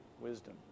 wisdom